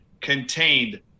contained